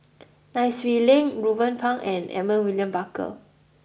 Nai Swee Leng Ruben Pang and Edmund William Barker